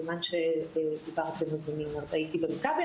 כיוון שדיברתם אז הייתי במכבי,